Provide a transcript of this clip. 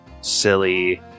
silly